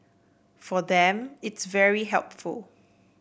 for them it's very helpful